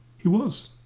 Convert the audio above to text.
he was,